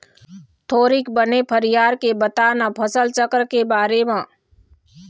थोरिक बने फरियार के बता न फसल चक्र के बारे म